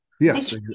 Yes